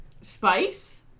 Spice